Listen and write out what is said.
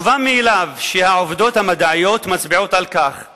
מובן מאליו שהעובדות המדעיות מצביעות על כך שבישראל,